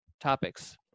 topics